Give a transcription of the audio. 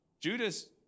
Judas